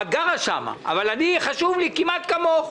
את גרה שם, אבל לי זה חשוב כמעט כמוך.